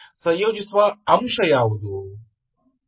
ಸಂಯೋಜಿಸುವ ಅಂಶ ಯಾವುದು